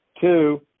two